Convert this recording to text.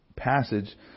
passage